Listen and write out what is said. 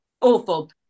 awful